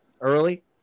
early